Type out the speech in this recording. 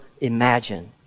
imagine